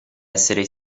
essere